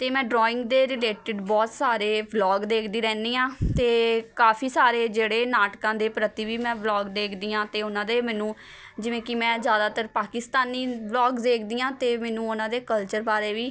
ਅਤੇ ਮੈਂ ਡਰੋਇੰਗ ਦੇ ਰਿਲੇਟਿਡ ਬਹੁਤ ਸਾਰੇ ਵਲੋਗ ਦੇਖਦੀ ਰਹਿੰਦੀ ਹਾਂ ਅਤੇ ਕਾਫੀ ਸਾਰੇ ਜਿਹੜੇ ਨਾਟਕਾਂ ਦੇ ਪ੍ਰਤੀ ਵੀ ਮੈਂ ਵਲੋਗ ਦੇਖਦੀ ਹਾਂ ਅਤੇ ਉਹਨਾਂ ਦੇ ਮੈਨੂੰ ਜਿਵੇਂ ਕਿ ਮੈਂ ਜ਼ਿਆਦਾਤਰ ਪਾਕਿਸਤਾਨੀ ਵਲੋਗਜ਼ ਦੇਖਦੀ ਹਾਂ ਅਤੇ ਮੈਨੂੰ ਉਹਨਾਂਦੇ ਕਲਚਰ ਬਾਰੇ ਵੀ